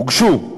הוגשו.